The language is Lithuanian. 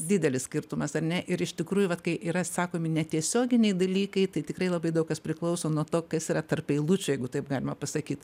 didelis skirtumas ar ne ir iš tikrųjų vat kai yra sakomi netiesioginiai dalykai tai tikrai labai daug kas priklauso nuo to kas yra tarp eilučių jeigu taip galima pasakyt